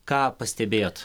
ką pastebėjot